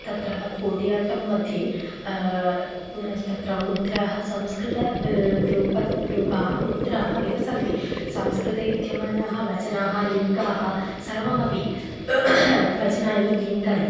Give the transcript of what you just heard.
तत्र कोटियाट्टं मध्ये तत्र मुद्रा संस्कृतरूपी रूपी मुद्राः एव सन्ति संस्कृते विध्यमानाः वचनाः लिङ्गाः सर्वमपि वचनानि लिङ्गानि